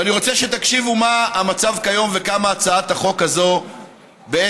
ואני רוצה שתקשיבו מה המצב כיום וכמה הצעת החוק הזאת חשובה.